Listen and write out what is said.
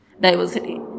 diversity